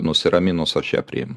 nusiraminus aš ją priimu